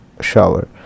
shower